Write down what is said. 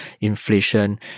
inflation